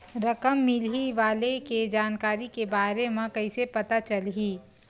रकम मिलही वाले के जानकारी के बारे मा कइसे पता चलही?